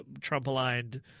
Trump-aligned –